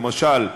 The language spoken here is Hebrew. למשל,